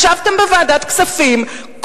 ישבתם בוועדת הכספים,